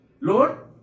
Lord